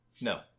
no